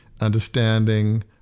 understanding